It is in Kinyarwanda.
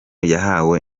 yahawe